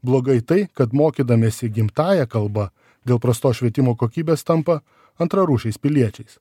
blogai tai kad mokydamiesi gimtąja kalba dėl prastos švietimo kokybės tampa antrarūšiais piliečiais